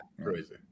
Crazy